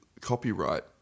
copyright